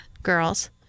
girls